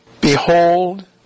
Behold